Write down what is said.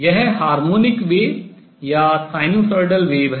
यह harmonic wave आवर्ती तरंग या sinusoidal wave ज्यावक्रीय तरंग है